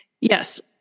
yes